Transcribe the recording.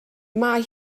mae